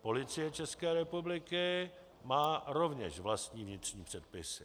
Policie České republiky má rovněž vlastní vnitřní předpisy.